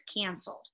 canceled